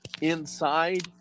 inside